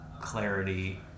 clarity